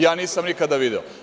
Ja nisam nikada video.